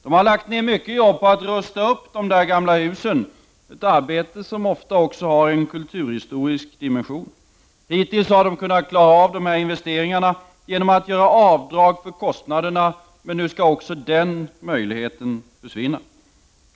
De har lagt ned mycket jobb på att rusta upp de gamla husen, ett arbete som ofta också har en kulturhistorisk dimension. Hittills har de kunnat klara av investeringarna genom att göra avdrag för kostnaderna, men nu skall också den möjligheten försvinna.